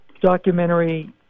documentary